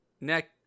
neck